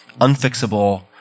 unfixable